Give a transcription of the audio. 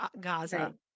Gaza